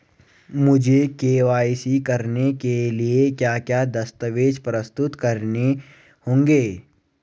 मुझे के.वाई.सी कराने के लिए क्या क्या दस्तावेज़ प्रस्तुत करने होंगे?